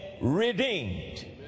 redeemed